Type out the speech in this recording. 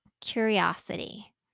curiosity